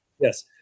Yes